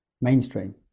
mainstream